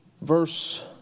verse